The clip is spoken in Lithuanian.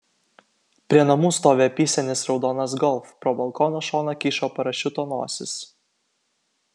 prie namų stovi apysenis raudonas golf pro balkono šoną kyšo parašiuto nosis